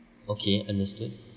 okay understood